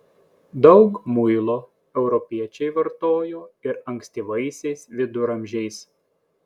daug muilo europiečiai vartojo ir ankstyvaisiais viduramžiais